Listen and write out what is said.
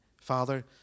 Father